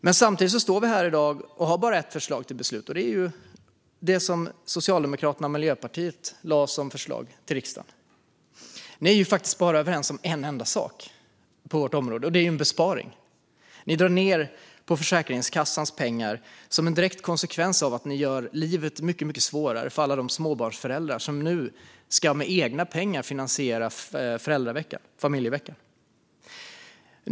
Men samtidigt står vi här i dag och har bara ett förslag till beslut: Socialdemokraternas och Miljöpartiets förslag till riksdagen. Ni är bara överens om en enda sak på vårt utgiftsområde: besparing. Ni drar ned på Försäkringskassans pengar. En direkt konsekvens är att ni gör livet mycket svårare för alla småbarnsföräldrar som nu med egna pengar ska finansiera familjeveckan.